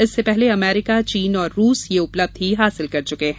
इससे पहले अमेरिका चीन और रूस यह उपलब्धि हासिल कर चुके हैं